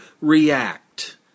react